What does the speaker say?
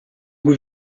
gut